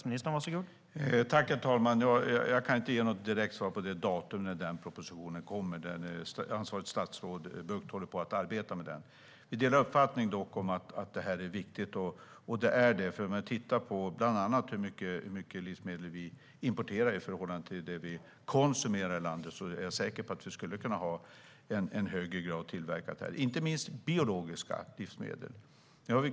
Herr talman! Jag kan inte ge något direkt svar på vilket datum den propositionen kommer. Ansvariga statsrådet Bucht håller på att arbeta med den. Vi delar dock uppfattningen att det här är viktigt. Det ser man bland annat när man tittar på hur mycket livsmedel vi importerar i förhållande till hur mycket vi konsumerar i landet. Jag är säker på att vi skulle kunna ha en högre grad av tillverkning här. Det gäller inte minst ekologiska livsmedel.